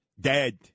dead